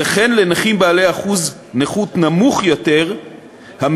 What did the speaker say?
וכן לנכים בעלי אחוז נכות נמוך יותר המקבלים